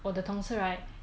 我的同事 right